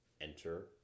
enter